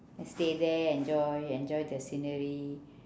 just stay there enjoy enjoy their scenery